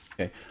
Okay